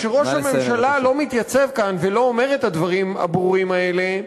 כשראש הממשלה לא מתייצב כאן ולא אומר את הדברים הברורים האלה,